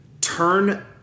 turn